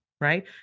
Right